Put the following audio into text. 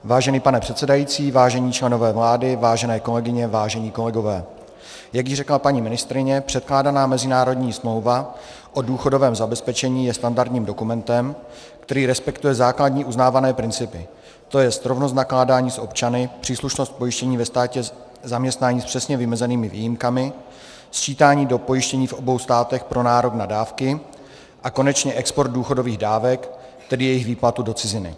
Vážený pane předsedající, vážení členové vlády, vážené kolegyně, vážení kolegové, jak již řekla paní ministryně, překládaná mezinárodní smlouva o důchodovém zabezpečení je standardním dokumentem, který respektuje základní uznávané principy, to jest rovnost nakládání s občany, příslušnost pojištění ve státě zaměstnání s přesně vymezenými výjimkami, sčítání do pojištění v obou státech pro nárok na dávky a konečně export důchodových dávek, tedy jejich výplatu do ciziny.